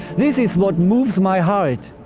this is what moves my heart.